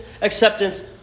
acceptance